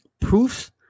Proofs